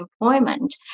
employment